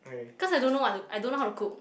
cause I don't know what to I don't know how to cook